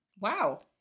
Wow